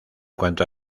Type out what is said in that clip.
cuanto